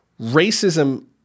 Racism